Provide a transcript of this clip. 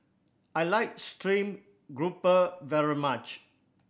I like stream grouper very much